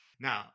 Now